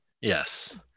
yes